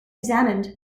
examined